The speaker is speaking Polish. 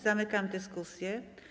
Zamykam dyskusję.